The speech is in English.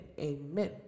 amen